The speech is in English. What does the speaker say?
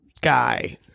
guy